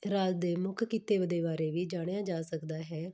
ਰਾਜ ਦੇ ਮੁੱਖ ਕਿੱਤੇ ਦੇ ਬਾਰੇ ਵੀ ਜਾਣਿਆ ਜਾ ਸਕਦਾ ਹੈ